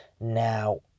Now